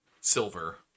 silver